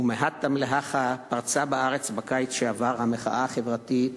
ומהתם להכא פרצה בארץ בקיץ שעבר המחאה החברתית,